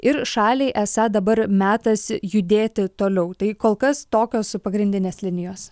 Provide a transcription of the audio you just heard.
ir šaliai esą dabar metas judėti toliau tai kol kas tokios pagrindinės linijos